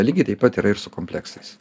lygiai taip pat yra ir su kompleksais